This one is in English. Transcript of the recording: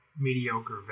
mediocre